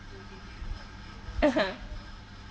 (uh huh)